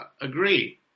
agree